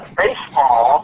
baseball